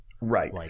Right